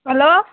hello